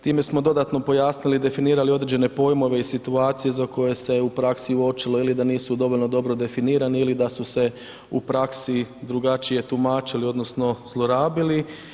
Time smo dodatno pojasnili i definirali određene pojmove i situacije za koje se u praksi uočilo ili da nisu dovoljno dobro definirane ili da su se u praksu drugačije tumačili odnosno zlorabili.